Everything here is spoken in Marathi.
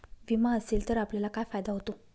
विमा असेल तर आपल्याला काय फायदा होतो?